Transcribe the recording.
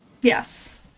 yes